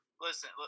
Listen